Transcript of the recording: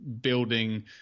building